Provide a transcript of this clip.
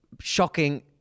shocking